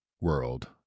world